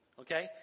Okay